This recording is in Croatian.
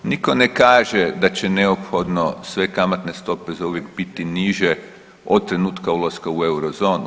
Niko ne kaže da će neophodno sve kamatne stope zauvijek biti niže od trenutka ulaska u eurozonu.